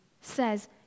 says